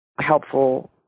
helpful